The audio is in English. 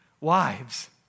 wives